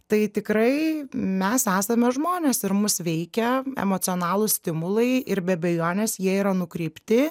tai tikrai mes esame žmonės ir mus veikia emocionalūs stimulai ir be bejonės jie yra nukreipti